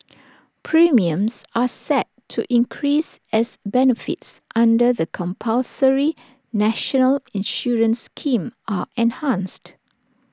premiums are set to increase as benefits under the compulsory national insurance scheme are enhanced